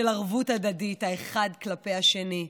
של ערבות הדדית האחד כלפי השני,